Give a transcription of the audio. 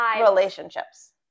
relationships